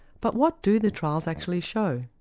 but what do the trials actually show?